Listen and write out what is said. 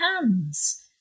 hands